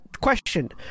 Question